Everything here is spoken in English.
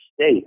state